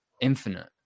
infinite